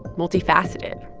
multifaceted,